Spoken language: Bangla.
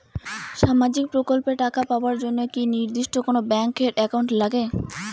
সামাজিক প্রকল্পের টাকা পাবার জন্যে কি নির্দিষ্ট কোনো ব্যাংক এর একাউন্ট লাগে?